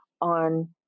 on